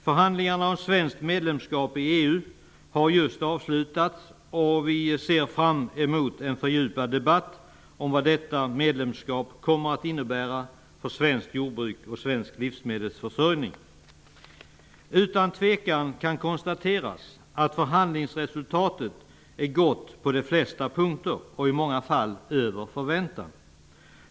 Förhandlingarna om svenskt medlemskap i EU har just avslutats, och vi ser fram emot en fördjupad debatt om vad detta medlemskap kommer att innebära för svenskt jordbruk och svensk livsmedelsförsörjning. Utan tvivel kan det konstateras att förhandlingsresultatet är gott på de flesta punkter, i många fall över förväntan.